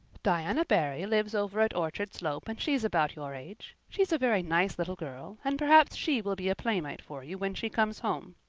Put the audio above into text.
diana barry lives over at orchard slope and she's about your age. she's a very nice little girl, and perhaps she will be a playmate for you when she comes home.